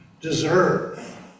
deserve